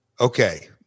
okay